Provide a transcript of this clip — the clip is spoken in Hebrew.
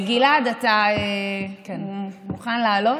גלעד, אתה מוכן לעלות?